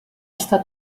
està